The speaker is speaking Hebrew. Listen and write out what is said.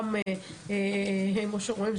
כמו שרואים,